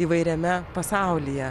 įvairiame pasaulyje